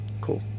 cool